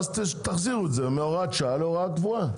תחזירו את זה מהוראת שעה להוראה קבועה,